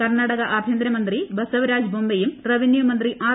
കർണാടക ആഭ്യന്തരമന്ത്രി ബസവരാജ് ബൊമ്മെയും റവന്യൂമന്ത്രി ആർ